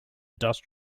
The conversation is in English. dust